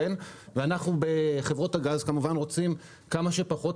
אנחנו בחברות הגז רוצים שיהיו כמה שפחות